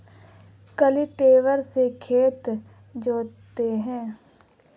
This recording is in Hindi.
कल्टीवेटर से खेत जोतते हैं